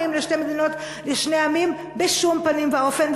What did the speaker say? לשתי מדינות לשני עמים בשום פנים ואופן.